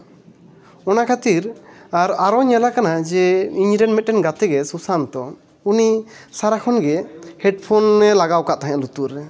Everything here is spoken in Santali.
ᱚᱱᱟ ᱠᱷᱟᱹᱛᱤᱨ ᱟᱨ ᱟᱨᱚ ᱧᱮᱞᱟᱠᱟᱱ ᱡᱮ ᱤᱧ ᱨᱮᱱ ᱢᱤᱫᱴᱮᱱ ᱜᱟᱛᱮ ᱜᱮ ᱥᱩᱥᱟᱱᱛᱚ ᱩᱱᱤ ᱥᱟᱨᱟ ᱠᱷᱚᱱ ᱜᱮ ᱦᱮᱹᱰᱯᱷᱳᱱᱮ ᱞᱟᱜᱟᱣ ᱠᱟᱜ ᱛᱟᱦᱮᱸᱫ ᱞᱩᱛᱩᱨ ᱨᱮ